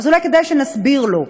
אולי כדאי שנסביר לו: